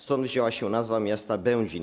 Stąd wzięła się nazwa miasta Będzin.